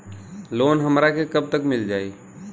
Loan हमरा के कब तक मिल जाई?